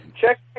Check